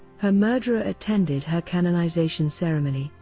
her murderer attended her canonization ceremony,